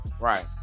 right